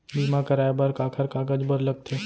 बीमा कराय बर काखर कागज बर लगथे?